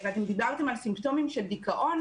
אתם דיברתם על סימפטומים של דיכאון.